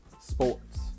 Sports